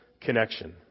connection